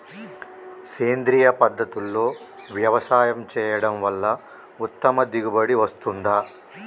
సేంద్రీయ పద్ధతుల్లో వ్యవసాయం చేయడం వల్ల ఉత్తమ దిగుబడి వస్తుందా?